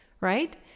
right